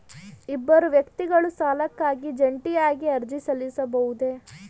ಇಬ್ಬರು ವ್ಯಕ್ತಿಗಳು ಸಾಲಕ್ಕಾಗಿ ಜಂಟಿಯಾಗಿ ಅರ್ಜಿ ಸಲ್ಲಿಸಬಹುದೇ?